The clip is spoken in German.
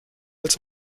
als